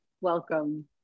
Welcome